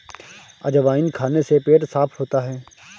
अजवाइन खाने से पेट साफ़ होता है